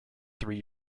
three